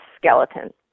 skeleton